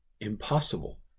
impossible